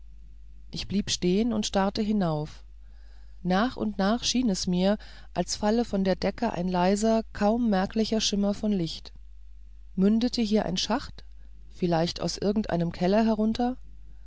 ich blieb stehen und starrte hinauf nach und nach schien es mir als falle von der decke ein leiser kaum merklicher schimmer von licht mündete hier ein schacht vielleicht aus irgendeinem keller herunter